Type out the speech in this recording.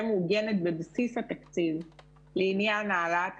מעוגנת בבסיס התקציב לעניין העלאת התקנים,